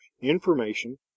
information